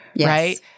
Right